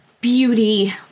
beauty